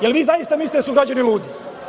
Da li vi zaista mislite da su građani ludi?